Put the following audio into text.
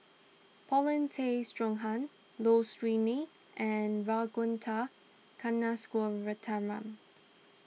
Paulin Tay Straughan Low Siew Nghee and Ragunathar Kanagasuntheram